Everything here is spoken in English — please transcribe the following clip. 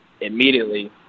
immediately